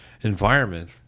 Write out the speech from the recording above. environment